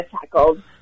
tackled